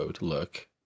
Look